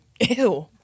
ew